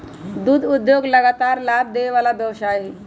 दुध उद्योग लगातार लाभ देबे वला व्यवसाय हइ